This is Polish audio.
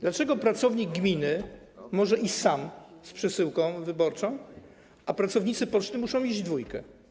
Dlaczego pracownik gminy może iść sam z przesyłką wyborczą, a pracownicy poczty muszą iść we dwójkę?